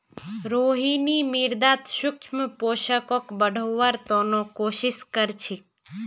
रोहिणी मृदात सूक्ष्म पोषकक बढ़व्वार त न कोशिश क र छेक